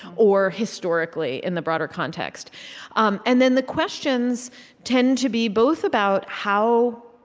or historically, in the broader context um and then the questions tend to be both about how,